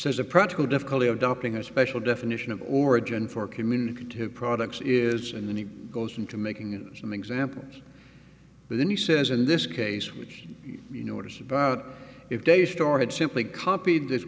says a practical difficulty adopting a special definition of origin for communicative products is and then he goes into making an example but then he says in this case which you know it is about if they started simply copied this